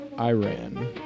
Iran